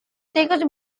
tikus